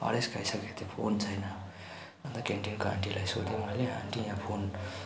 हरेस खाइसकेको थिएँ फोन छैन अन्त क्यान्टिनको आन्टीलाई सोधेँ मैले आन्टी यहाँ फोन